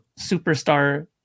superstar